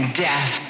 death